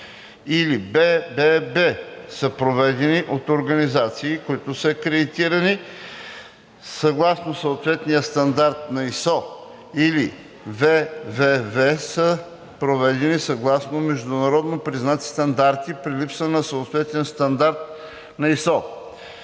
или ббб) са проведени от организации, които са акредитирани съгласно съответния стандарт на ISO, или ввв) са проведени съгласно международно признати стандарти при липса на съответен стандарт на ISO;